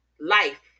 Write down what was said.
life